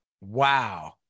Wow